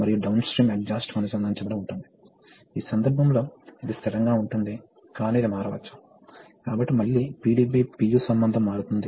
కాబట్టి cylinder H దిగువకు వస్తోంది ఇక్కడ నెట్ ఫోర్స్ వాస్తవానికి నియంత్రించబడుతోంది